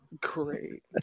Great